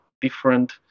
different